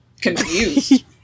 confused